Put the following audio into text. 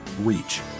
reach